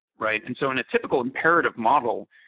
right? and so in a typical imperative model,